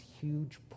huge